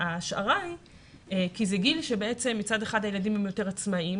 ההשערה היא כי בגיל הזה הילדים הם יותר עצמאיים